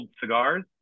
cigars